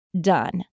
done